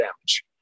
damage